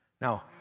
Now